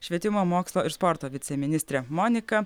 švietimo mokslo ir sporto viceministrė monika